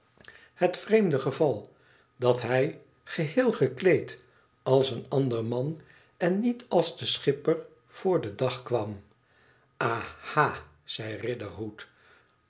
het vreemde geval dat hij geheel gekleed als een ander man en niet als de schipper voor den dag kwam aha zei